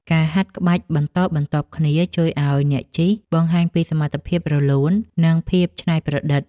ការហាត់ក្បាច់បន្តបន្ទាប់គ្នា ជួយឱ្យអ្នកជិះបង្ហាញពីសមត្ថភាពរលូន និងភាពច្នៃប្រឌិត។